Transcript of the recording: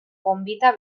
gonbita